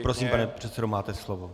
Prosím, pane předsedo, máte slovo.